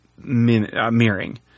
mirroring